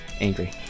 angry